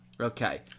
Okay